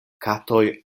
katoj